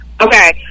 Okay